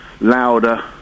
louder